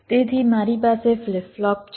તેથી મારી પાસે ફ્લિપ ફ્લોપ છે